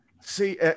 See